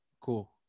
Cool